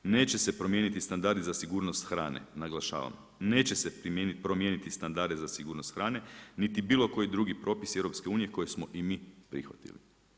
Neće se promijeniti standardi za sigurnost hrane, naglašavam, neće se promijeniti standardi za sigurnost hrane niti bilo koji drugi propisi EU koje smo i mi prihvatili.